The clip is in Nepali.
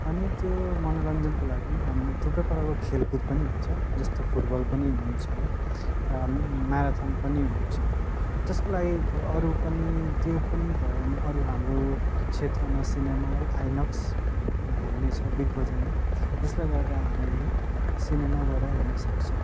अनि त्यो मनोरञ्जनको लागि हामी थुप्रो प्रकारको खेलकुद पनि हुन्छ जस्तो फुटबल पनि हुन्छ र म्याराथान पनि हुन्छ त्यसको लागि अरू पनि त्यो पनि भएन अरू हाम्रो क्षेत्रमा सिनेमा हल आइनक्स भन्ने छ बिग बजारमा जसले गर्दा हामीले सिनेमा गएर हेर्नु सक्छौँ